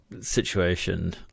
situation